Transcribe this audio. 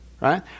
Right